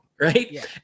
right